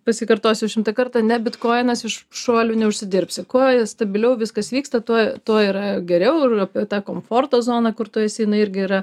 pasikartosiu šimtą kartą ne bitkoinas iš šuolių neužsidirbsi ko jie stabiliau viskas vyksta tuo tuo yra geriau ir apie tą komforto zoną kur tu esi jinai irgi yra